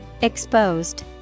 Exposed